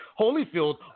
Holyfield